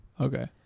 Okay